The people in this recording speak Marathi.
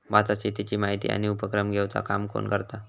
भारतात शेतीची माहिती आणि उपक्रम घेवचा काम कोण करता?